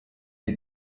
die